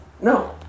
no